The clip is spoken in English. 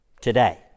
Today